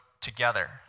together